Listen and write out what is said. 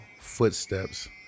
footsteps